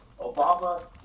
Obama